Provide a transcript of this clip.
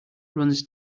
runs